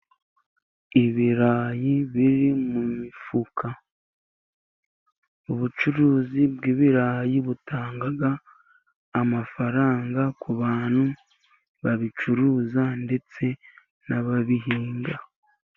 Ibirayi biri mu mifuka. Ubucuruzi bw'ibirayi butanga amafaranga ku bantu babicuruza ndetse n'ababihinga.